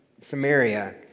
Samaria